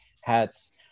hats